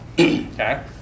okay